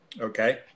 Okay